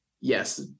Yes